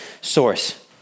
source